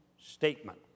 statement